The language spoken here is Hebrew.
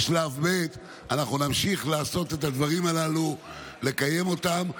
בשלב ב' אנחנו נמשיך לעשות את הדברים הללו ולקיים אותם,